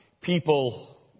people